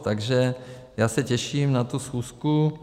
Takže já se těším na tu schůzku.